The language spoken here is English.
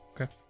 Okay